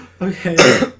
Okay